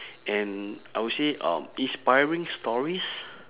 and I will say um inspiring stories